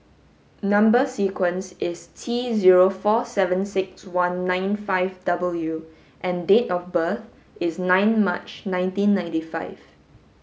number sequence is T zero four seven six one nine five W and date of birth is nine March nineteen ninety five